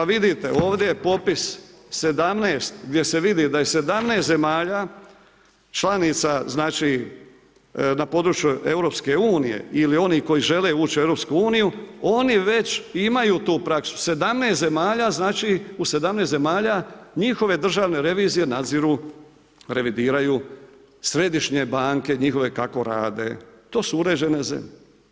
Vidite ovdje je potpis 17, gdje se vidi da je 17 zemalja članica, znači na području EU, ili onih koji žele ući u EU, oni već imaju tu praksu, u 17 zemalja, njihove državne revizije, nadziru, revidiraju Središnje banke, njihove kako rade, to su uređene zemlje.